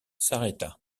s’arrêta